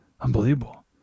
unbelievable